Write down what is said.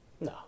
no